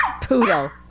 Poodle